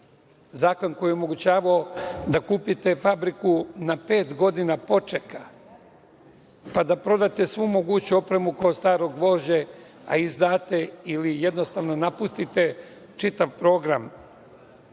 zakon koji je omogućavao da kupite fabriku na pet godina počeka, pa da prodate svu moguću opremu kao staro gvožđe, a izdate ili jednostavno napustite čitav program